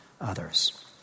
others